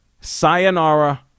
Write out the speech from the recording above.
Sayonara